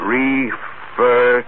refer